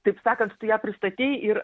taip sakant tu ją pristatei ir